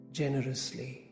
generously